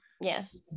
Yes